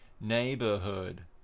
neighborhood